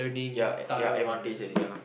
ya ya advantage and ya